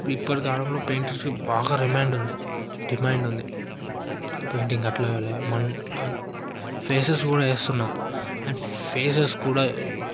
ఇప్పటి కాలంలో పెయింటర్స్కి బాగా రిమాండ్ ఉంది డిమాండ్ ఉంది పెయింటింగ్ అట్లావేయాలి మన్ అండ్ ఫేసెస్ కూడా వేస్తున్నారు అండ్ ఫేసెస్ కూడా